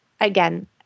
again